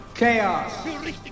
chaos